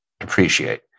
appreciate